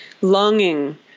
longing